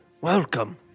Welcome